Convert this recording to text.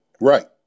Right